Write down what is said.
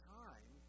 time